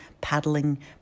paddling